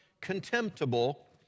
contemptible